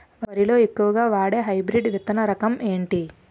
వరి లో ఎక్కువుగా వాడే హైబ్రిడ్ విత్తన రకం ఏంటి?